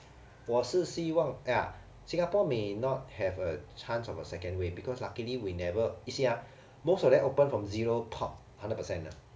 我是希望 singapore may not have a chance of a second wave because luckily we never you see ah most of them open from zero pop hundred percent 的